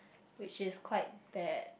which is quite bad